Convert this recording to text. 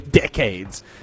Decades